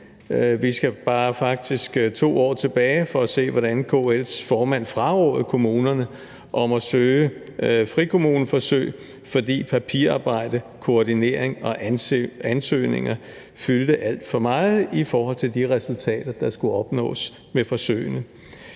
Vi skal faktisk bare 2 år tilbage for at se, hvordan KL's formand frarådede kommunerne at søge frikommuneforsøg, fordi papirarbejde, koordinering og ansøgninger fyldte alt for meget i forhold til de resultater, der skulle opnås med forsøgene.